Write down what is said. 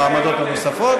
או את העמדות הנוספות,